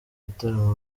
gitaramo